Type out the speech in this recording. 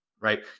right